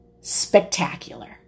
spectacular